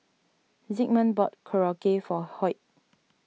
Zigmund bought Korokke for Hoyt